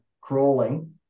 crawling